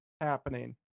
happening